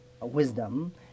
wisdom